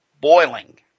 boiling